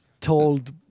told